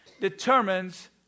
determines